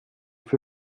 für